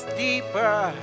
deeper